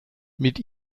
mit